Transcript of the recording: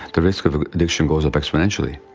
the risk of of addiction goes up exponentially.